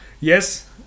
Yes